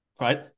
right